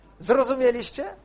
Zrozumieliście